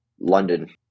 London